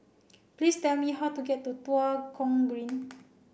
please tell me how to get to Tua Kong Green